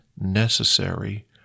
necessary